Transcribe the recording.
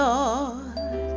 Lord